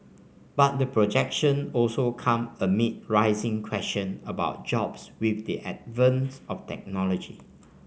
but the projection also come amid rising questions about jobs with the advent of technology